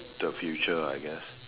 the future I guess